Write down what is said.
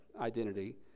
identity